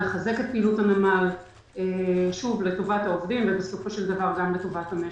לחזק את פעילות הנמל לטובת העובדים ובסופו של דבר גם לטובת המשק.